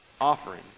offering